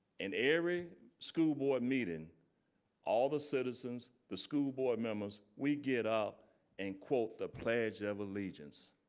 and every school board meeting all the citizens, the school board members, we get up and quote the pledge of allegiance.